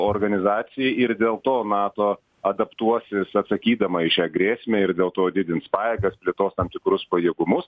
organizacijai ir dėl to nato adaptuosis atsakydama į šią grėsmę ir dėl to didins pajėgas plėtos tam tikrus pajėgumus